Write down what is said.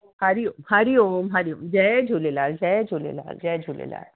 हरिओ हरिओम हरिओम जय झूलेलाल जय झूलेलाल जय झूलेलाल